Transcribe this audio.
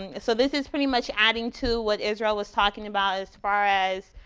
and so, this is pretty much adding to what israel was talking about as far as